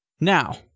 Now